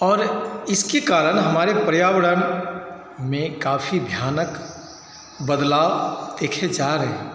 और इसके कारण हमारे पर्यावरण में काफी भयानक बदलाव देखे जा रहे